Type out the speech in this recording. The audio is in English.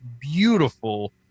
beautiful